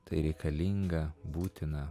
tai reikalinga būtina